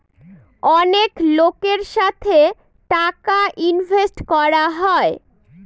অনেক লোকের সাথে টাকা ইনভেস্ট করা হয়